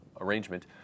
arrangement